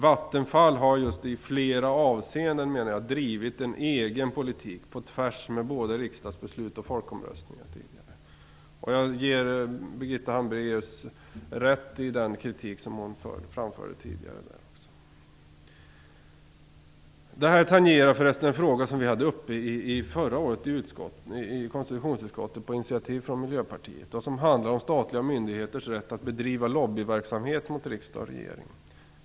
Vattenfall har i flera avseenden drivit en egen politik på tvärs med både riksdagsbeslut och folkomröstningar, menar jag. Jag ger Birgitta Hambraeus rätt i den kritik som hon framförde. Det här tangerar förresten en fråga som vi hade uppe i konstitutionsutskottet förra året efter initiativ från Miljöpartiet. Den handlar om statliga myndigheters rätt att bedriva lobbyverksamhet mot riksdag och regering.